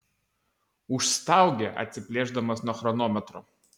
užstaugė atsiplėšdamas nuo chronometro